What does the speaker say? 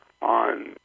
on